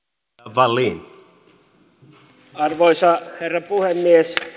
arvoisa herra puhemies